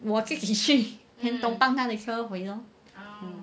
我自己去 then tumpang 他的车回 lor